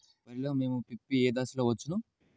వరిలో మోము పిప్పి ఏ దశలో వచ్చును?